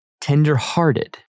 tender-hearted